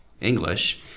English